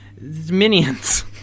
Minions